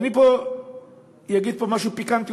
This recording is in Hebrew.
ואני אגיד משהו פיקנטי,